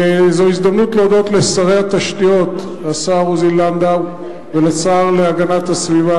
זו הזדמנות להודות לשר התשתיות עוזי לנדאו ולשר להגנת הסביבה,